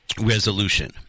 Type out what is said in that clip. resolution